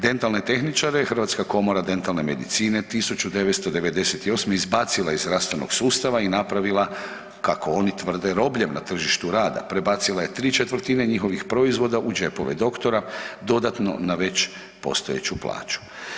Dentalne tehničare Hrvatska komora dentalne medicine 1998. izbacila je iz zdravstvenog sustava i napravila kako oni tvrde, robljem na tržištu rada, prebacila je tri četvrtine njihovih proizvoda u džepove doktora dodatno na već postojeću plaću.